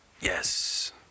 yes